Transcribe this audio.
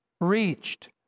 reached